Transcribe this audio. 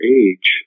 age